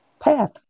path